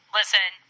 listen